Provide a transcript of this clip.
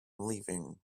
leaving